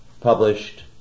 published